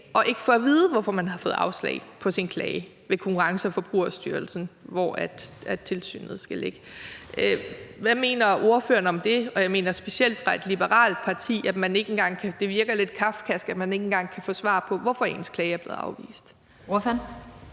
og ikke få at vide, hvorfor man har fået afslag på sin klage ved Konkurrence- og Forbrugerstyrelsen, hvor tilsynet skal ligge. Hvad mener ordføreren om det, og jeg mener det specielt i forhold til Venstre som liberalt parti, altså at man ikke engang, hvad der virker lidt kafkask, kan få svar på, hvorfor ens klage er blevet afvist. Kl.